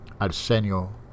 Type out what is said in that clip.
Arsenio